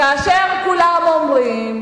כאשר כולם אומרים